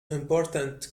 important